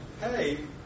hey